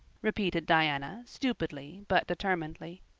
repeated diana, stupidly but determinedly.